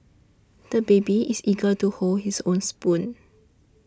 the baby is eager to hold his own spoon